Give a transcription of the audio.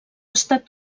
estat